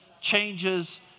changes